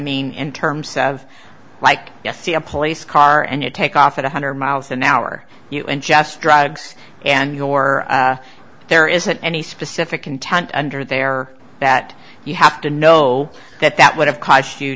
mean in terms of like yesterday a police car and you take off at one hundred miles an hour you ingest drugs and your there isn't any specific content under there that you have to know that that would have cost you